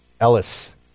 Ellis